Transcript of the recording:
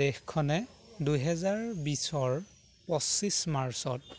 দেশখনে দুহেজাৰ বিছৰ পঁচিছ মাৰ্চত